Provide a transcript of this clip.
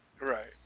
Right